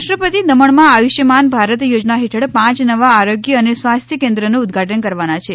રાષ્ટ્રપતિ દમણમાં આયુષ્યમાન ભારત યોજના હેઠળ પાંચ નવા આરોગ્ય અને સ્વાસ્થ્ય કેન્દ્રનું ઉદઘાટન કરવાના છે